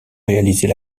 réaliser